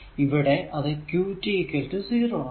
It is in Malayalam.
ഇവിടെ അത് qt 0 ആണ്